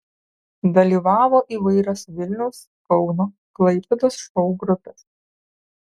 dalyvavo įvairios vilniaus kauno klaipėdos šou grupės